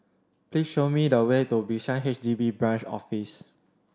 please show me the way to Bishan H D B Branch Office